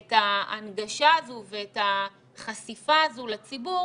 את ההנגשה הזו ואת החשיפה הזו לציבור